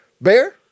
Bear